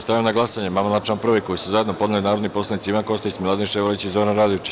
Stavljam na glasanje amandman na član 1. koji su zajedno podneli narodni poslanici Ivan Kostić, Miladin Ševarlić i Zoran Radojičić.